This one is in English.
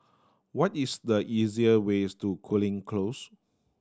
what is the easier ways to Cooling Close